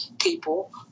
people